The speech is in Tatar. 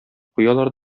куялар